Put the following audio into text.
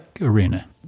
arena